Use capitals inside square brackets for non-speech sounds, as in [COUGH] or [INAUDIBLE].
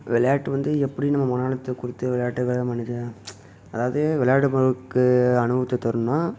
விளையாட்டு வந்து எப்படி நம்ம [UNINTELLIGIBLE] கொடுத்து விளையாட்டுகள பண்ணிகிட்டு தான் அதாவது விளையாடுபவருக்கு அனுபவத்தை தரணும்